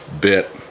bit